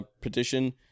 petition